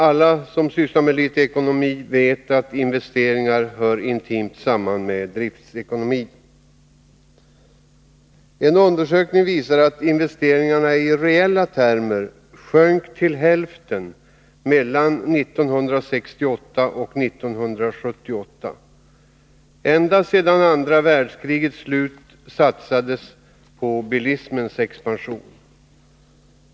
Alla som sysslar något med ekonomi vet att investeringar intimt hör samman med driftsekonomi. En undersökning visar att investeringarna i reella termer sjönk till hälften mellan 1968 och 1978. Ända sedan andra världskrigets slut har det satsats på bilismens expansion.